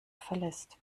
verlässt